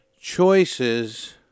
choices